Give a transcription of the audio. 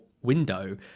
window